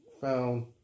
found